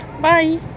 bye